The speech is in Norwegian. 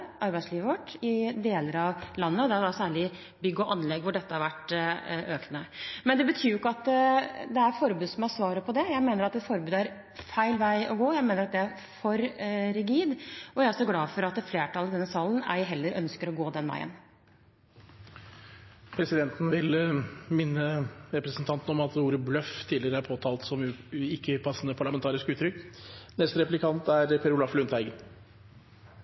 arbeidslivet vårt, i deler av landet, og det er særlig innen bygg og anlegg dette har vært økende. Men det betyr ikke at det er et forbud som er svaret på det. Jeg mener at et forbud er feil vei å gå, jeg mener at det er for rigid, og jeg er glad for at et flertall i denne salen ei heller ønsker å gå den veien. Presidenten vil minne representanten Tajik om at ordet «bløff» tidligere er påtalt som et ikke passende parlamentarisk uttrykk.